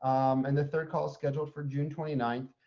um and the third call scheduled for june twenty nine